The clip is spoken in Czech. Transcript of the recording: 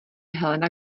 helena